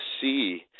see